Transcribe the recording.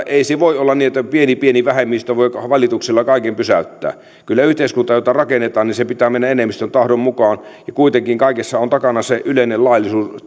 ei se voi olla niin että pieni pieni vähemmistö voi valituksella kaiken pysäyttää kyllä yhteiskunnassa jota rakennetaan sen pitää mennä enemmistön tahdon mukaan kuitenkin kaikessa on takana se yleinen